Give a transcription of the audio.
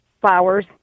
flowers